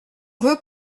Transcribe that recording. veux